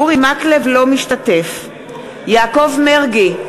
אינו משתתף בהצבעה יעקב מרגי,